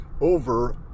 over